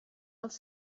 els